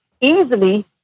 easily